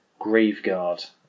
Graveguard